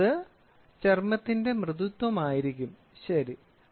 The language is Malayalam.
അടുത്തത് ചർമ്മത്തിന്റെ മൃദുത്വമായിരിക്കും ശരി